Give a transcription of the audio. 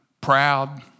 proud